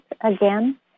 again